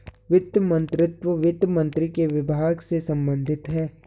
वित्त मंत्रीत्व वित्त मंत्री के विभाग से संबंधित है